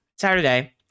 Saturday